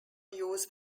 use